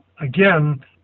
Again